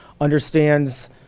understands